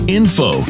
info